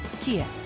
Kia